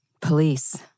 Police